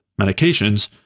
medications